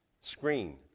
screen